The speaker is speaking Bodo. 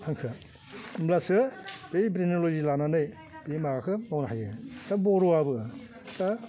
हांखोआ होमब्लासो बै ब्रेनाव जि लानानै बे माबाखौ मावनो हायो दा बर'वाबो दा